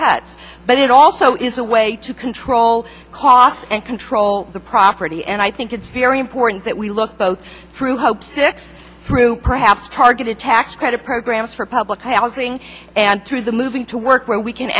cuts but it also is a way to control costs and control the property and i think it's very important that we look both through hope six through perhaps targeted tax credit programs for public housing and through the moving to work where we can